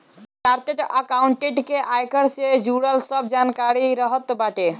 chartered accountant के आयकर से जुड़ल सब जानकारी रहत बाटे